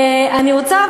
אני רוצה,